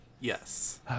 yes